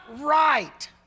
right